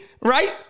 right